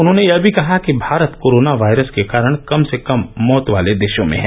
उन्होंने यह भी कहा कि मारत कोरोनोवायरस के कारण कम से कम मौत वाले देशों में है